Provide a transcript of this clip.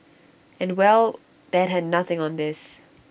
and well that had nothing on this